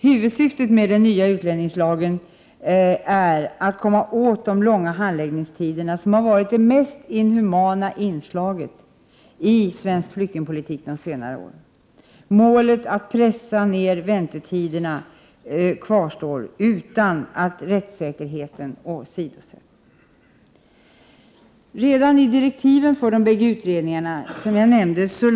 Huvudsyftet med den nya utlänningslagen är att komma åt de långa handläggningstiderna, vilka varit det mest inhumana inslaget i svensk flyktingpolitik under senare år. Målet att pressa ned väntetiderna utan att rättssäkerheten åsidosätts kvarstår. Redan i direktiven för de bägge utredningar, som jag omnämnde, lades Prot.